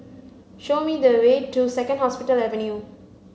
show me the way to Second Hospital Avenue